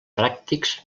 pràctics